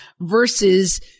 versus